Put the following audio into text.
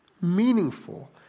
meaningful